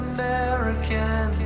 American